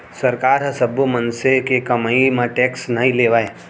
सरकार ह सब्बो मनसे के कमई म टेक्स नइ लेवय